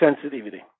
sensitivity